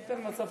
אין לנו.